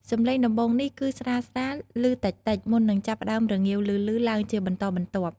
សំឡេងដំបូងនេះគឺស្រាលៗលឺតិចៗ មុននឹងចាប់ផ្តើមរងាវឮៗឡើងជាបន្តបន្ទាប់។